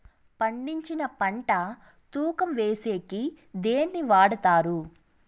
పండించిన పంట తూకం వేసేకి దేన్ని వాడతారు?